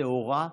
השעורה,